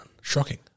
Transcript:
Shocking